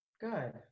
Good